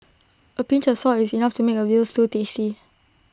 A pinch of salt is enough to make A Veal Stew tasty